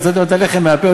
הוצאתם את הלחם מהפה,